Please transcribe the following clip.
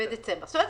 זאת אומרת,